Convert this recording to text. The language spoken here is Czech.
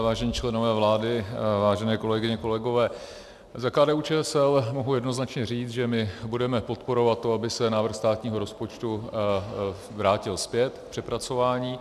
Vážení členové vlády, vážené kolegyně, kolegové, za KDUČSL mohu jednoznačně říct, že my budeme podporovat to, aby se návrh státního rozpočtu vrátil zpět k přepracování.